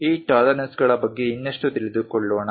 ಈ ಟಾಲರೆನ್ಸ್ಗಳ ಬಗ್ಗೆ ಇನ್ನಷ್ಟು ತಿಳಿದುಕೊಳ್ಳೋಣ